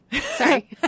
Sorry